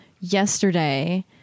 yesterday